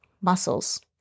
muscles